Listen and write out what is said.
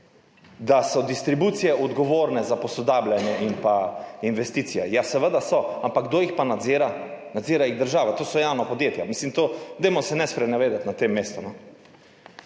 da so distribucije odgovorne za posodabljanje in investicije. Ja, seveda so, ampak kdo jih pa nadzira? Nadzira jih država, to so javna podjetja, ne sprenevedajmo se na tem mestu,